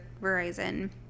Verizon